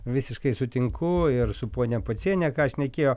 visiškai sutinku ir su ponia pociene ką šnekėjo